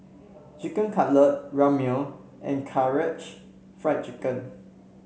Chicken Cutlet Ramyeon and Karaage Fried Chicken